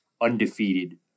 undefeated